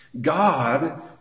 God